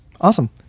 Awesome